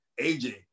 AJ